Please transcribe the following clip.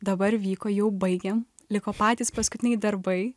dabar vyko jau baigėm liko patys paskutiniai darbai